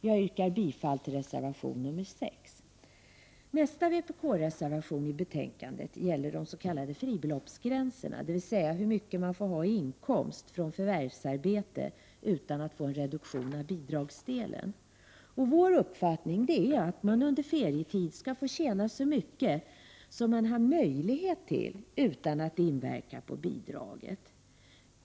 Jag yrkar bifall till reservation 6. Nästa vpk-reservation i betänkandet gäller de s.k. fribeloppsgränserna, dvs. hur mycket de studerande får ha i inkomst från förvärvsarbete utan att få en reduktion av bidragsdelen. Vår uppfattning är att de studerande under ferietid skall få tjäna så mycket som de har möjlighet till utan att det inverkar på bidraget.